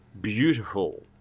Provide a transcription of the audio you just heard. beautiful